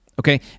okay